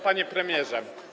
Panie Premierze!